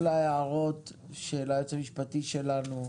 כל ההערות של היועץ המשפטי שלנו,